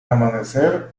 amanecer